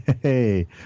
Hey